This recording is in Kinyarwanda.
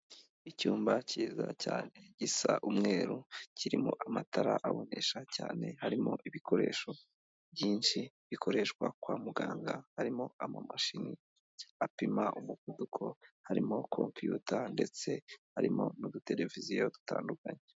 Icyumba cyiza cyane gisa umweru, kirimo amatara abonesha cyane harimo ibikoresho byinshi bikoreshwa kwa muganga, harimo amamashini apima umuvuduko, harimo kompiyuta, ndetse harimo n'udutereviziyo dutandukanye.